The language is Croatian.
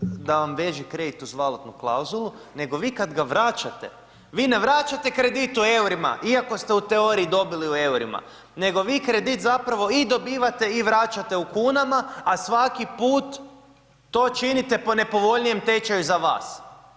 da vam veže kredit uz valutnu klauzulu nego vi kada ga vračate vi ne vračate kredit u eurima iako ste u teoriji dobili u eurima nego vi kredit zapravo i dobivate i vraćate u kunama a svaki put to činite po nepovoljnijem tečaju za vas.